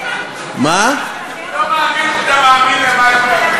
אני לא מאמין שאתה מאמין למה שאתה אומר.